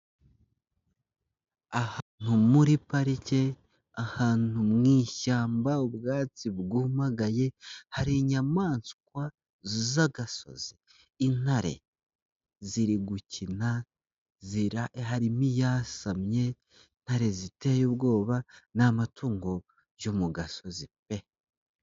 Ahantu muri parike, ahantu mu wishyamba, ubwatsi bwumagaye, hari inyamaswa z'agasozi. Intare ziri gukina, harimo iyasamye, intare ziteye ubwoba ni amatungo yo mu gasozi pe.